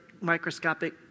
microscopic